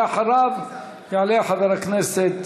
ואחריו, יעלה חבר הכנסת